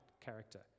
character